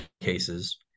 cases